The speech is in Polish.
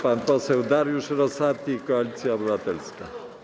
Pan poseł Dariusz Rosati, Koalicja Obywatelska.